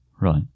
Right